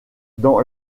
dans